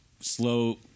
slow